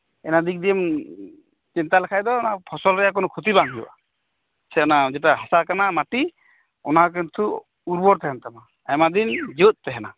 ᱟᱭᱢᱟᱫᱤᱠ ᱫᱤᱭᱮᱢ ᱪᱤᱱᱛᱟ ᱞᱮᱠᱷᱟᱡ ᱫᱚ ᱚᱱᱟ ᱯᱷᱚᱥᱚᱞᱨᱮᱭᱟᱜ ᱠᱚᱱᱚ ᱠᱷᱚᱛᱤ ᱵᱟᱝ ᱦᱩᱭᱩᱜ ᱟ ᱥᱮ ᱚᱱᱟ ᱡᱮᱴᱟ ᱦᱟᱥᱟ ᱠᱟᱱᱟ ᱢᱟᱴᱤ ᱚᱱᱟ ᱠᱤᱱᱛᱩ ᱩᱨᱵᱚᱨ ᱛᱟᱦᱮᱸᱱ ᱛᱟᱢᱟ ᱟᱭᱢᱟᱫᱤᱱ ᱡᱤᱣᱟᱹᱫ ᱛᱟᱦᱮᱱᱟ